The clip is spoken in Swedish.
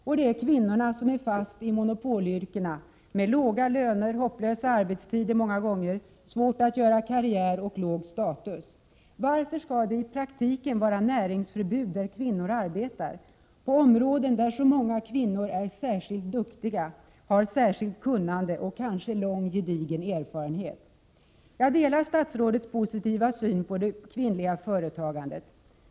Och det är kvinnorna som är fast i monopolyrkena med låga löner, ofta hopplösa arbetstider, svårighet att göra karriär och låg status. Varför skall det i praktiken vara näringsförbud där kvinnor arbetar och på områden där så många kvinnor är särskilt duktiga, har särskilt kunnande och kanske lång gedigen erfarenhet? Jag delar statsrådets positiva syn på det kvinnliga nyföretagandet.